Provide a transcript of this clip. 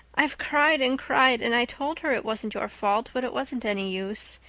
i've cried and cried and i told her it wasn't your fault, but it wasn't any use.